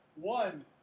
One